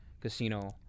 Casino